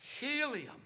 helium